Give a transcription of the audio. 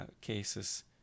cases